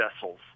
vessels